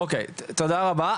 אוקיי, תודה רבה.